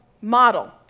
model